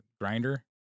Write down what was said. grinder